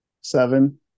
seven